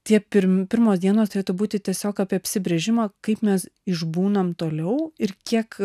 tie pirmi pirmos dienos turėtų būti tiesiog apie apsibrėžimą kaip mes išbūnam toliau ir kiek